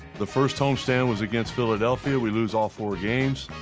the first homestand was against philadelphia, we lose all four games.